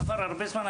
עבר הרבה זמן,